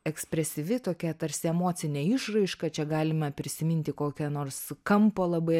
ekspresyvi tokia tarsi emocinė išraiška čia galime prisiminti kokią nors kampo labai